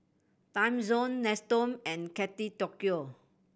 Timezone Nestum and Kate Tokyo